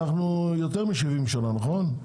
אנחנו יותר מ-70 שנים נכון?